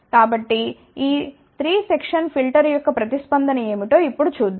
కాబట్టి ఈ 3 section filter యొక్క ప్రతిస్పందన ఏమిటో ఇప్పుడు చూద్దాం